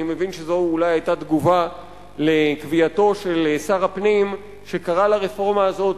אני מבין שזו אולי היתה תגובה לקביעתו של שר הפנים שקרא לרפורמה הזאת,